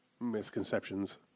misconceptions